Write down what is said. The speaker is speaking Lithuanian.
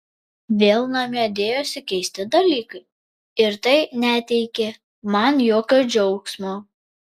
vėl namie dėjosi keisti dalykai ir tai neteikė man jokio džiaugsmo